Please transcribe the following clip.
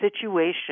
situation